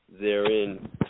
therein